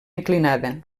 inclinada